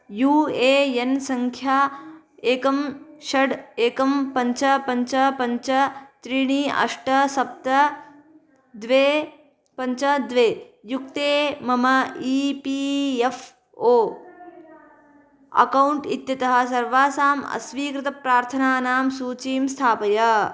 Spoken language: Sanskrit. यू ए एन् सङ्ख्या एकं षट् एकं पञ्च पञ्च पञ्च त्रीणि अष्ट सप्त द्वे पञ्च द्वे युक्ते मम E P F O account इत्यतः सर्वासाम् अस्वीकृतप्रार्थनानां सूचीं स्थापय